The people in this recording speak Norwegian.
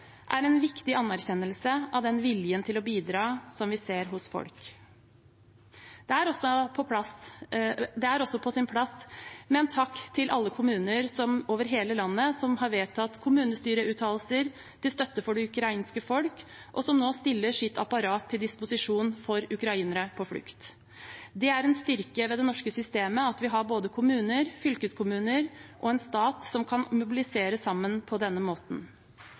er en viktig anerkjennelse av den viljen til å bidra som vi ser hos folk. Det er også på sin plass med en takk til alle kommuner over hele landet der kommunestyret har vedtatt uttalelser til støtte for det ukrainske folk, og som nå stiller sitt apparat til disposisjon for ukrainere på flukt. Det er en styrke ved det norske systemet at vi har både kommuner, fylkeskommuner og en stat som kan mobilisere sammen på denne måten.